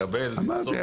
אמרתי,